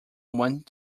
want